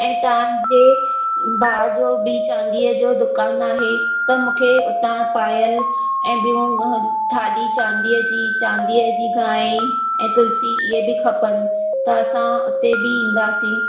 ए तव्हां जे भाउ जो बि चांदीअ जो दुकानु आहे त मूंखे हुतां पायल ऐं ॿियूं थाली चांदीअ जी चांदीअ जी गांइ ऐं तुलसी इहे बि खपनि त असां हुते बि ईंदासीं